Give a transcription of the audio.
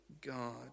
God